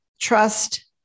trust